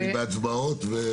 אני בהצבעות.